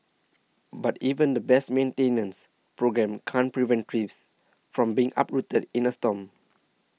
but even the best maintenance programme can't prevent trees from being uprooted in a storm